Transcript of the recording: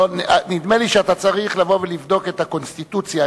נדמה לי שאתה צריך לבדוק את הקונסטיטוציה,